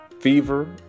fever